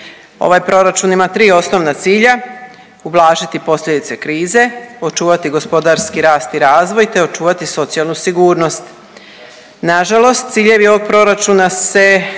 Ovaj proračun ima tri osnovna cilja ublažiti posljedice krize, očuvati gospodarski rast i razvoj te očuvati socijalnu sigurnost. Nažalost, ciljevi ovog proračuna se